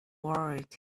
world